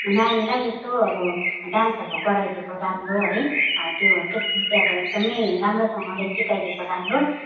नानीलाई यसो अब डान्सहरू गराइदिएको राम्रो है त्यो त्यसमा चाहिँ अब एकदमै राम्रोसँगले सिकाइदिएको राम्रो